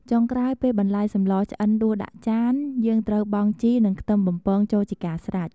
ចុងក្រោយ ពេលបន្លែសម្លឆ្អិនដួសដាក់ចាន យើងត្រូវបង់ជីនិងខ្ទឹមបំពងចូលជាការស្រេច។